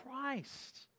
Christ